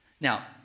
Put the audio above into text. Now